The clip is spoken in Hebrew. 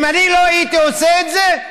אם אני לא הייתי עושה את זה,